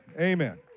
Amen